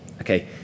Okay